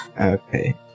Okay